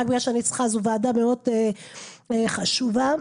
זו ועדה באמת חשובה.